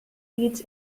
leads